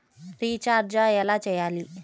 Recharge ఎలా చెయ్యాలి?